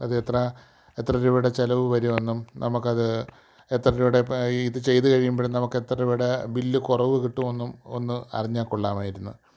അത് എത്ര എത്ര രൂപയുടെ ചിലവ് വരുമെന്നും നമുക്ക് അത് എത്ര രൂപയുടെ ഇപ്പം ഇത് ചെയ്തു കഴിയുമ്പം നമുക്ക് എത്ര രൂപേടെ ബില്ല് കുറവ് കിട്ടുമെന്നും ഒന്നു അറിഞ്ഞാൽ കൊള്ളാമായിരുന്നു